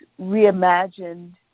reimagined